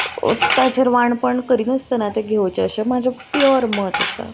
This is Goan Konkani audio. ताजेर वांणपण करिनासतना तें घेवचें अशें म्हजें प्यॉर मत आसा